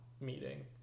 meeting